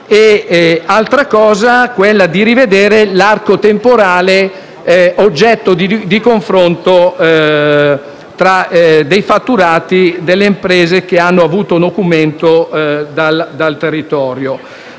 trattabile - e di rivedere l'arco temporale oggetto di confronto dei fatturati delle imprese che hanno avuto nocumento dal territorio.